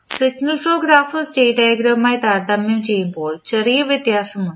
signal flow ഗ്രാഫും state ഡയഗ്രാമുമായി താരതമ്യപ്പെടുത്തുമ്പോൾ ചെറിയ വ്യത്യാസമുണ്ട്